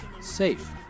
safe